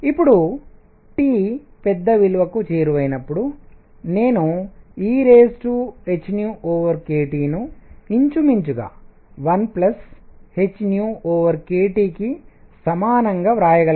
ఇప్పుడు T పెద్ద విలువకు చేరువైనప్పుడు నేను ehkTను ఇంచుమించుగా 1hkTకి సమానంగా వ్రాయగలను